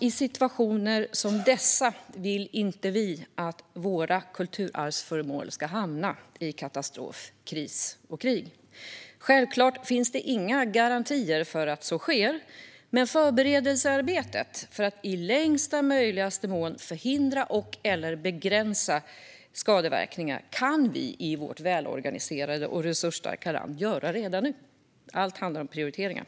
I situationer som dessa vill vi inte att våra kulturarvsföremål ska hamna i tider av katastrof, kris och krig. Självklart finns det inga garantier för att så inte sker, men förberedelsearbetet för att i möjligaste mån förhindra eller begränsa skadeverkningarna kan vi i vårt välorganiserade och resursstarka land göra redan nu. Allt handlar om prioriteringar.